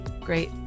Great